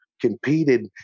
competed